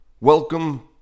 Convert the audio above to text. Welcome